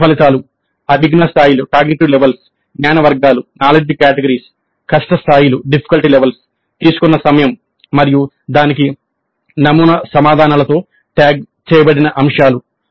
course ఫలితాలు అభిజ్ఞా స్థాయిలు తీసుకున్న సమయం మరియు దానికి నమూనా సమాధానాలతో ట్యాగ్ చేయబడిన అంశాలు